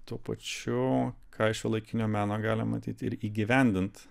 tuo pačiu ką iš šiuolaikinio meno galima matyt ir įgyvendint